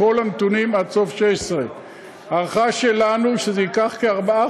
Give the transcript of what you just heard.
כל הנתונים עד סוף 16'. ההערכה שלנו היא שזה ייקח כארבעה